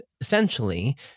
essentially